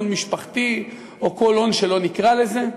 הון משפחתי או כל הון שלא נקרא לזה.